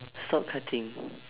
stop cutting